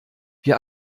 wir